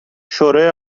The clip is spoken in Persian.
شورای